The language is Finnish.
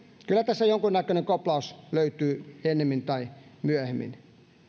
kyllä tästä jonkunnäköinen koplaus löytyy ennemmin tai myöhemmin